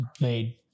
Made